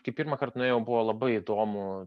kai pirmąkart nuėjau buvo labai įdomu